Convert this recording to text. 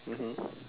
mmhmm